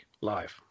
Live